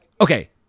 okay